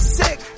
sick